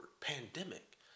pandemic